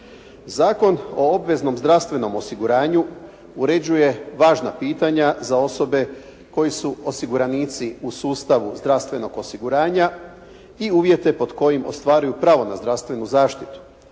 Zakon o obveznom zdravstvenom osiguranju uređuje važna pitanja za osobe koje su osiguranici u sustavu zdravstvenog osiguranja i uvjete pod kojim ostvaruju pravo na zdravstvenu zaštitu.